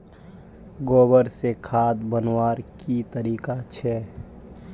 गोबर से खाद बनवार की तरीका छे?